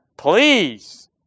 Please